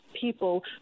people